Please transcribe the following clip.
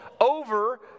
over